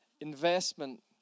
Investment